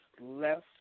left